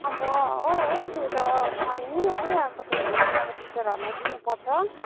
अम्माहो हो त्यो त मानेँ है अब तपाईँहरूले नि अब टिचरहरूलाई दिनुपर्छ